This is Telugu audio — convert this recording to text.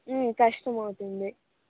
కష్టం అవుతుంది